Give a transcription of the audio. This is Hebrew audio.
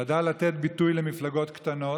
ידע לתת ביטוי למפלגות קטנות,